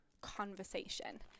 conversation